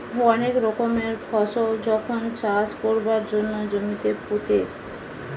অনেক রকমের ফসল যখন চাষ কোরবার জন্যে জমিতে পুঁতে